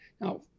Now